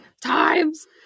times